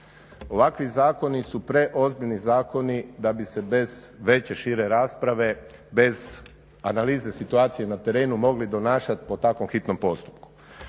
Ovakvi zakoni su preozbiljni zakoni da bi se bez veće, šire rasprave, bez analize situacije na terenu mogli donašati po takvom hitnom postupku.